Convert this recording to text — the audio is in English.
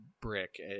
brick